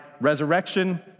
resurrection